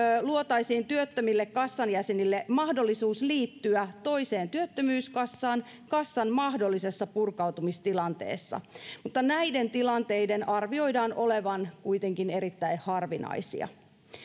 luotaisiin työttömille kassan jäsenille mahdollisuus liittyä toiseen työttömyyskassaan kassan mahdollisessa purkautumistilanteessa mutta näiden tilanteiden arvioidaan olevan kuitenkin erittäin harvinaisia